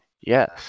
Yes